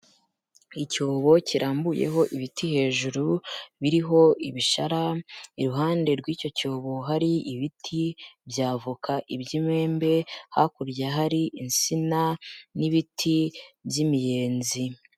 Icyobo kirambuyeho ibiti hejuru biriho ibishara, iruhande rw'icyo cyobo hari ibiti by'avoka, iby'imembe, hakurya hari insina n'ibiti by'imiyenzi.